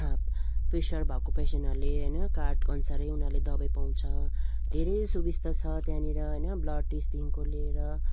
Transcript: pressure भएको पेसेन्टहरूले होइन कार्डको अनुसारै उनीहरूले दबाई पाउँछ धेरै सुबिस्ता छ त्यहाँनिर होइन ब्लड टेस्टदेखिको लिएर